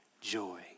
joy